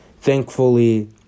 Thankfully